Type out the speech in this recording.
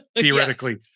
Theoretically